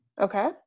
Okay